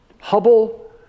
Hubble